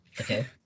Okay